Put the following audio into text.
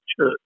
Church